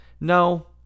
No